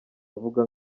avuga